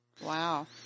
Wow